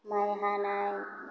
माय हानाय